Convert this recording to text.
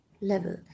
level